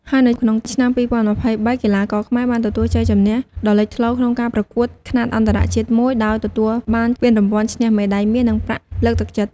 ហើយនៅក្នុងឆ្នាំ ២០២៣ កីឡាករខ្មែរបានទទួលជ័យជំនះដ៏លេចធ្លោក្នុងការប្រកួតខ្នាតអន្តរជាតិមួយ ដោយទទួលបានពានរង្វាន់ឈ្នះមេដាយមាសនិងប្រាក់លើកទឹកចិត្ត។